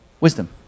Wisdom